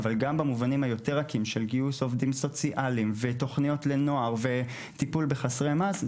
אנחנו בכל יום סופרים עוד ועוד נרצחים בחברה הערבית,